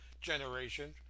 generation